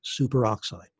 superoxide